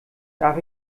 darf